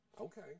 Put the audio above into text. Okay